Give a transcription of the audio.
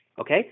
okay